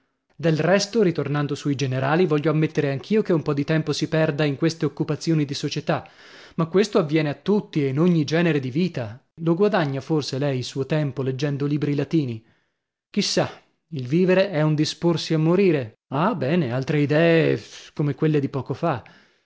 del resto ritornando sui generali voglio ammettere anch'io che un po di tempo si perda in queste occupazioni di società ma questo avviene a tutti e in ogni genere di vita lo guadagna forse lei il suo tempo leggendo libri latini chi sa il vivere è un disporsi a morire ah bene altre idee come quelle di poco fa